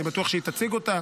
אני בטוח שהיא תציג אותה.